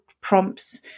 prompts